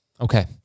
Okay